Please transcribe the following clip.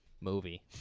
movie